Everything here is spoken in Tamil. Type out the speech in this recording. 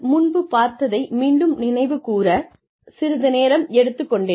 முன்பு பார்த்ததை மீண்டும் நினைவு கூற சிறிது நேரம் எடுத்துக் கொண்டேன்